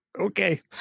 Okay